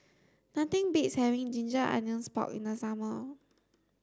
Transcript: nothing beats having ginger onions pork in the summer